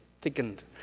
thickened